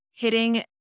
hitting